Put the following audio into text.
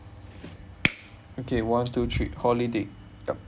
okay one two three holiday yup